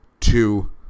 Two